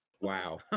Wow